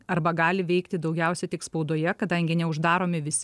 arba gali veikti daugiausia tik spaudoje kadangi neuždaromi visi